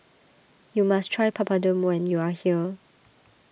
you must try Papadum when you are here